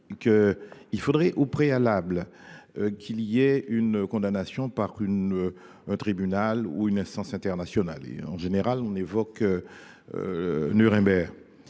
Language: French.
il faudrait au préalable qu’il y ait eu condamnation par un tribunal ou une instance internationale – en général, on évoque Nuremberg.